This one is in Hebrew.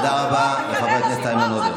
תודה רבה לחבר הכנסת איימן עודה.